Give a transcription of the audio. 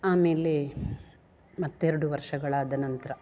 ಆಮೇಲೆ ಮತ್ತೆರಡು ವರ್ಷಗಳಾದ ನಂತರ